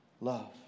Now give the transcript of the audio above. love